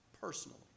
personally